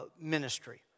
Ministry